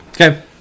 okay